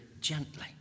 gently